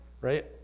right